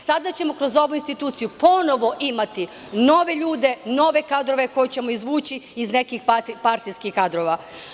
Sada ćemo kroz ovu instituciju ponovo imati nove ljude, nove kadrove, koje ćemo izvući iz nekih partijskih kadrova.